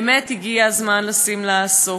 באמת הגיע הזמן לשים לה סוף.